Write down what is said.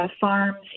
farms